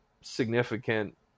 significant